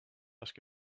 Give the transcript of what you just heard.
ask